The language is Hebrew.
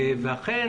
אכן